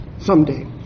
someday